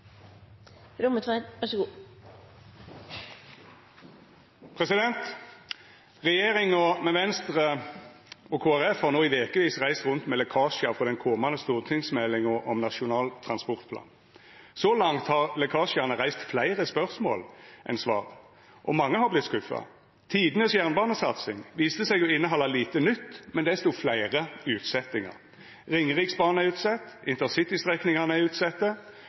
den komande stortingsmeldinga om Nasjonal transportplan. Så langt har lekkasjane reist fleire spørsmål enn svar, og mange har vorte litt skuffa. Tidenes jernbanesatsing viste seg å innehalde lite nytt, men desto fleire utsetjingar: Ringeriksbanen er utsett, InterCity-strekningane er utsette,